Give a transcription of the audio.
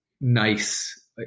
nice